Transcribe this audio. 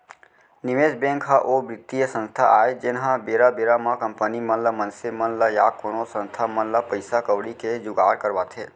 निवेस बेंक ह ओ बित्तीय संस्था आय जेनहा बेरा बेरा म कंपनी मन ल मनसे मन ल या कोनो संस्था मन ल पइसा कउड़ी के जुगाड़ करवाथे